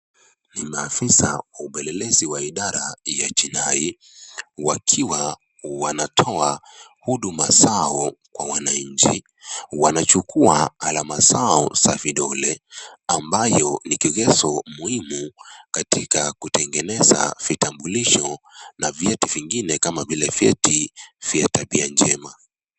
Ni maafisi wa upelelezi wa idara ya jinai wakiwa wanatoa huduma zao kwa wananchi. Wanachukua alama zao za vidole ambayo ni kitu muhimu katika kutengeneza vitambulisho na vyeti vingine vya tabia njema.